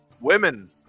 women